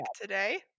today